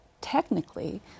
technically